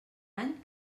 any